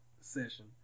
session